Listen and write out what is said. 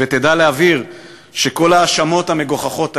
ותדע להבהיר שכל ההאשמות המגוחכות האלה,